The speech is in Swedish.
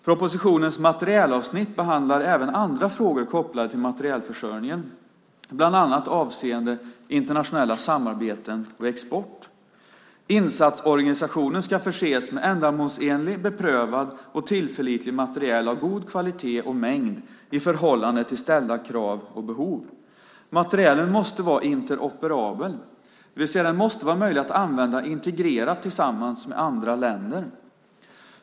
Propositionens materielavsnitt behandlar även andra frågor kopplade till materielförsörjningen, bland annat avseende internationella samarbeten och export. Insatsorganisationen ska förses med ändamålsenlig, beprövad och tillförlitlig materiel av god kvalitet och mängd i förhållande till ställda krav och behov. Materielen måste vara interoperabel, det vill säga den måste vara möjlig att använda integrerat tillsammans med andra länder.